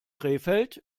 krefeld